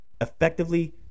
effectively